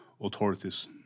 authorities